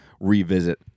revisit